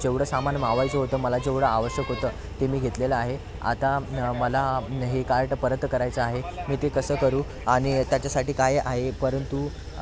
जेवढं सामान मावायचं होतं मला जेवढं आवश्यक होतं ते मी घेतलेलं आहे आता मला हे कार्ट परत करायचं आहे मी ते कसं करू आनि त्याच्यासाठी काय आहे परंतु